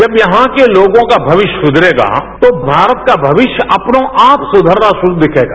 जब यहां के लोगों का भविष्य सुधरेगा तो भारत का भविष्य अपने आप सुधरता दिखेगा